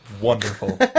wonderful